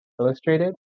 Illustrated